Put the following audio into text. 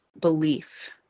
belief